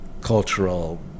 cultural